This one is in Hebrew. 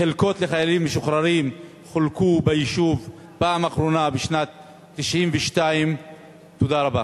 חלקות לחיילים משוחררים חולקו ביישוב פעם אחרונה בשנת 1992. תודה רבה.